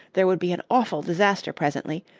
there would be an awful disaster presently,